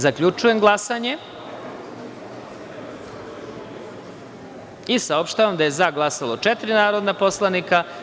Zaključujem glasanje i saopštavam: za – četiri, nije glasalo 157 narodnih poslanika.